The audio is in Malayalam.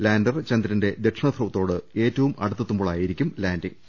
ലാന്റർ ചന്ദ്രന്റെ ദക്ഷിണധ്രുവത്തിനോട് ഏറ്റവും അടുത്തെത്തുമ്പോൾ ആയിരിക്കും ലാന്റിംഗ്